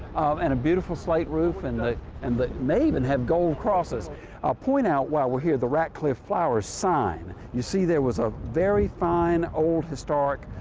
and a beautiful slate roof and the and that may even have gold crosses. i'll point out why we're here, the ratcliffe flowers sign. you see there was a very fine old historic,